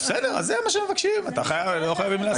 בסדר אז זה מה שמבקשים, לא חייבים להסכים.